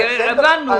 הבנו.